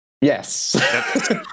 Yes